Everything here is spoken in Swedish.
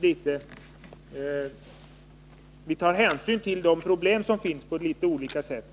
Majoriteten tar hänsyn till de problem som finns på ett annat sätt